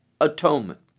atonement